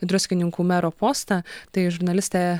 į druskininkų mero postą tai žurnalistė